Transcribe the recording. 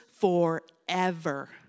forever